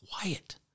quiet